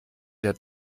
der